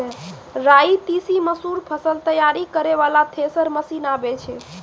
राई तीसी मसूर फसल तैयारी करै वाला थेसर मसीन आबै छै?